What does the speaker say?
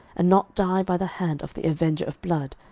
and not die by the hand of the avenger of blood,